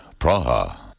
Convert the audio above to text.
Praha